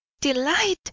Delight